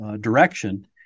direction